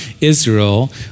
Israel